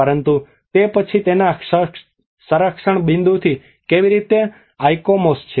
પરંતુ તે પછી તેના સંરક્ષણ બિંદુથી કેવી રીતે આઇકોમોસ છે